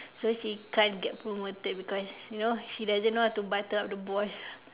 so she can't get promoted because you know she doesn't know how to butter up the boss